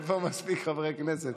אין פה מספיק חברי כנסת.